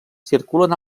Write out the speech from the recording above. circulen